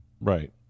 Right